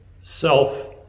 self